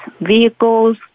vehicles